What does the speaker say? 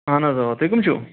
اہن حظ آ تُہۍ کٕم چھُو